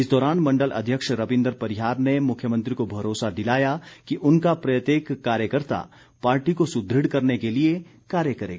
इस दौरान मण्डल अध्यक्ष रविन्द्र परिहार ने मुख्यमंत्री को भरोसा दिलाया कि उनका प्रत्येक कार्यकर्ता पार्टी को सुदृढ़ करने के लिए कार्य करेगा